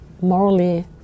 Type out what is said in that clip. morally